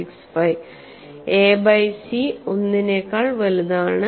65 A by C 1 നേക്കാൾ വലുതാണ്